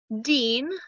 Dean